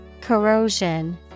Corrosion